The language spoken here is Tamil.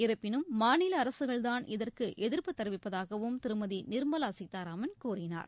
இருப்பினும் மாநில அரசுகள்தான் இதற்கு எதிர்ப்பு தெரிவிப்பதாகவும் திருமதி நிர்மவா சீதாராமன் கூறினார்